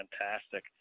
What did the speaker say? Fantastic